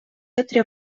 хитрі